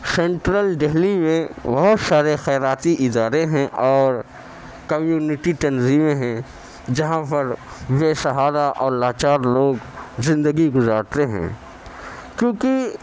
central Delhi میں بہت سارے خیراتی ادارے ہیں اور کمیونٹی تنظیمیں ہیں جہاں پر بے سہارا اور لاچار لوگ زندگی گزارتے ہیں کیونکہ